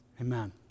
Amen